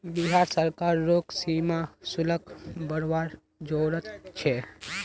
बिहार सरकार रोग सीमा शुल्क बरवार जरूरत छे